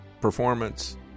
performance